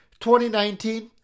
2019